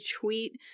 tweet